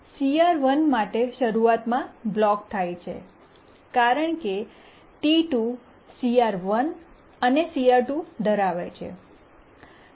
task T1 CR1 માટે શરૂઆતમાં block થાય છે કારણ કે T 2 CR1 અને CR2 ધરાવે છે